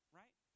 right